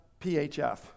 PHF